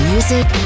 Music